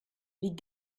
wie